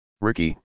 Ricky